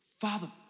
Father